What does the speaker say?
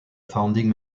founding